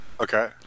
Okay